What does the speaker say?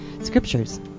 scriptures